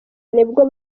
nibwo